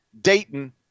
Dayton